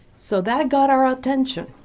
so, that got our attention.